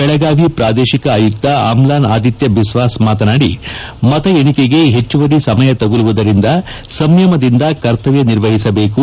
ಬೆಳಗಾವಿ ಪೂದೇಶಿಕ ಆಯುಕ್ತ ಆಮ್ಲನ್ ಆದಿತ್ಯ ಬಿಸ್ಟಾಸ್ ಮಾತನಾಡಿ ಮತ ಏಣಿಕೆಗೆ ಹೆಚ್ಚುವರಿ ಸಮಯ ತಗಲುವುದರಿಂದ ಸಂಯಮದಿಂದ ಕರ್ತವ್ಯ ನಿರ್ವಹಿಸಬೇಕು